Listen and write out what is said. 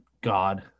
god